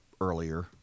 earlier